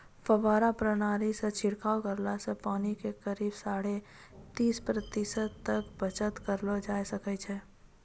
फव्वारा प्रणाली सॅ छिड़काव करला सॅ पानी के करीब साढ़े तीस प्रतिशत तक बचत करलो जाय ल सकै छो